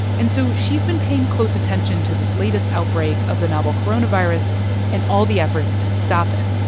and so she's been paying close attention to this latest outbreak of the novel coronavirus and all the efforts to stop it.